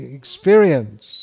experience